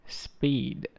speed